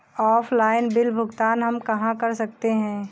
Offline bill भुगतान हम कहां कर सकते हैं?